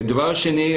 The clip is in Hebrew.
הנקודה השנייה.